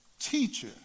Teacher